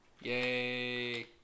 Yay